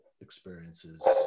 experiences